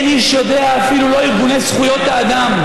אין איש יודע, אפילו לא ארגוני זכויות האדם,